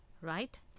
right